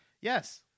Yes